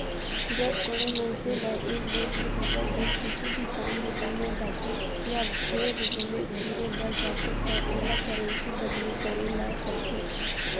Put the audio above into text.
जब कोनो मनसे ल एक देस ले दुसर देस कुछु भी काम बूता म जाथे या फेर घुमे फिरे बर जाथे त ओला करेंसी बदली करे ल परथे